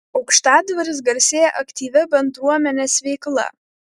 aukštadvaris garsėja aktyvia bendruomenės veikla